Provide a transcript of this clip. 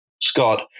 Scott